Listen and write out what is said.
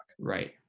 Right